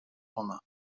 ona